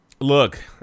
Look